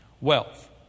wealth